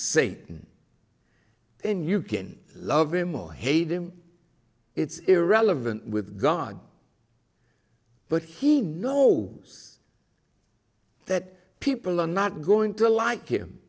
satan in you can love him or hate him it's irrelevant with god but he know that people are not going to like him